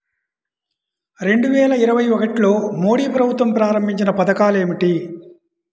రెండు వేల ఇరవై ఒకటిలో మోడీ ప్రభుత్వం ప్రారంభించిన పథకాలు ఏమిటీ?